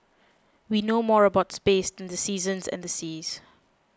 we know more about space than the seasons and the seas